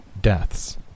Deaths